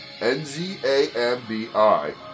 N-Z-A-M-B-I